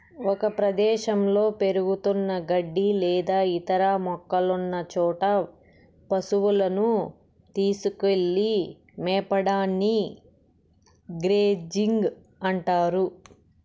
ఒక ప్రదేశంలో పెరుగుతున్న గడ్డి లేదా ఇతర మొక్కలున్న చోట పసువులను తీసుకెళ్ళి మేపడాన్ని గ్రేజింగ్ అంటారు